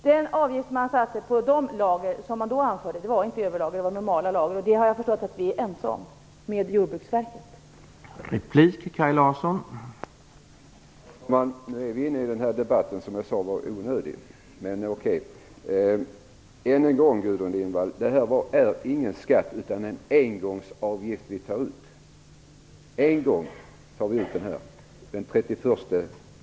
Den avgift som man tidigare tog ut på lager avsåg inte överlager utan normala lager, och jag har förstått att vi är ense med Jordbruksverket om detta.